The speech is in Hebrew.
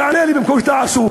תענה לי במקום שאתה עסוק,